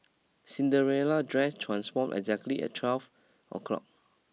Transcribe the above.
Cinderella dress transformed exactly at twelve o' clock